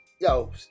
yo